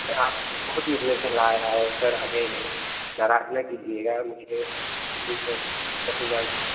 मैं आपसे खुद मिलने चला आया हूँ सर हमें नाराज़ ना कीजिएगा मुझे कि सर दस हज़ार